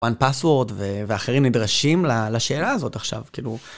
וואן פסוורד ואחרים נדרשים לשאלה הזאת עכשיו, כאילו...